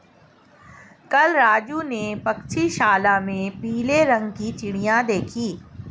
कल राजू ने पक्षीशाला में पीले रंग की चिड़िया देखी